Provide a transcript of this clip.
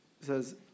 says